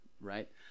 right